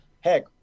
heck